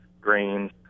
grains